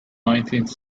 nineteenth